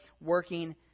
working